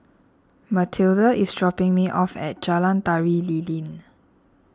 Matilda is dropping me off at Jalan Tari Lilin